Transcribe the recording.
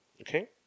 Okay